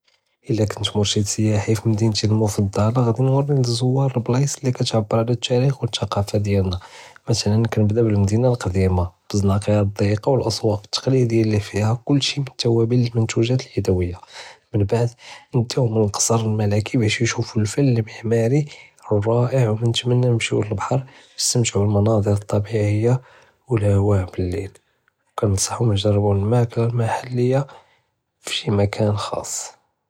אלא קנט מרשד סיאחי פי מדינתומופדל גאדי נורי הזואר ללבאיס לקתהבר עלא תאריכ ו תלקאפה דיאלנא, מתללן קנבדא בלעמדינה לכדימה, בזנאקיה דייקה ו אסואר תקלידיה לי פיה כלשי ביטובאל אלמנטוגאת אלידאויה, מןבעד נדיhem ללכסאר אלמלכי ו יג'י יושופו אלפאן אלמעמרי אלראעי ו נתמנה נמשיו ללבהר נסתמתعو בלמנזר אלטבעיה ו להווה בליל ו קננצעמ נג'רבו למאקל localي, פשי מקן خاص.